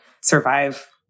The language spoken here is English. survive